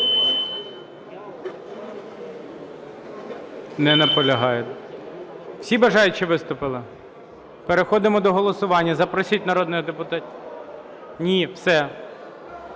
Не наполягає. Всі бажаючі виступили? Переходимо до голосування. Запросіть народних депутатів…